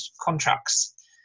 contracts